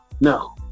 no